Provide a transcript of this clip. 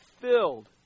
filled